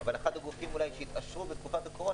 אבל אחד הגופים אולי שהתעשרו בתקופת הקורונה,